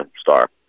star